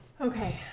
Okay